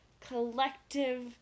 collective